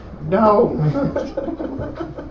No